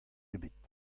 ebet